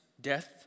death